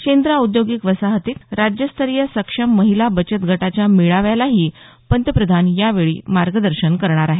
शेंद्रा औद्योगिक वसाहतीत राज्यस्तरीय सक्षम महिला बचत गटाच्या मेळाव्यालाही पंतप्रधान यावेळी मार्गदर्शन करणार आहेत